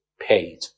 paid